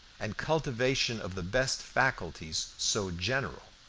and cultivation of the best faculties so general,